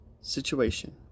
situation